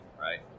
right